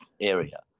area